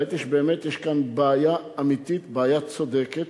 ראיתי שבאמת יש כאן בעיה אמיתית, בעיה צודקת.